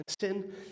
sin